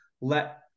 let